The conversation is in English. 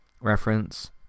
reference